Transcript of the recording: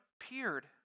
appeared